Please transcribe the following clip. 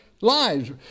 lives